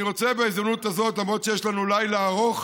אני רוצה בהזדמנות הזאת, למרות שיש לנו לילה ארוך,